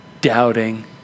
doubting